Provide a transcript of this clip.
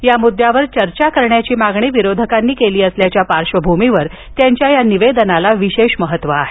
या मुद्द्यावर चर्चा करण्याची मागणी विरोधकांनी केली असल्याच्या पार्श्वभूमीवर त्यांच्या या निवेदनाला विशेष महत्त्व आहे